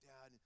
Dad